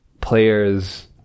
players